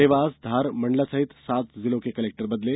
देवास धार मण्डला सहित सात जिलों के कलेक्टर बदले